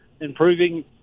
improving